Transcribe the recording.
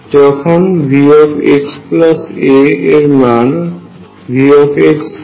যখন Vxa এর মান V হয়